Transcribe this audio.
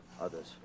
Others